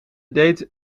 deed